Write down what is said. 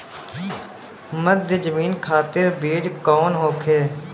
मध्य जमीन खातिर बीज कौन होखे?